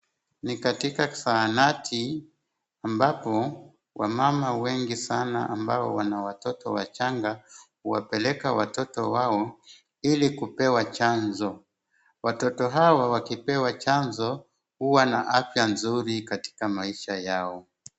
Ni katika zahanati ambapo wamama wengi sana ambao wana watoto wachanga huwapeleka watoto wao ili kupewa chanjo. Watoto hawa wakipewa chanjo huwa na afya nzuri katika maisha yao.